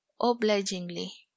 obligingly